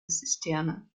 zisterne